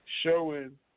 showing